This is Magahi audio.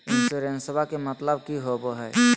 इंसोरेंसेबा के मतलब की होवे है?